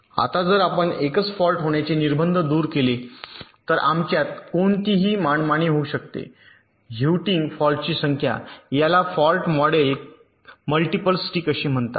आता जर आपण एकच फॉल्ट होण्याचे निर्बंध दूर केले तर आमच्यात कोणतीही मनमानी होऊ शकते ह्युइटींग फॉल्ट्सची संख्या याला फॉल्ट मॉडेल मल्टिपल स्टिक असे म्हणतात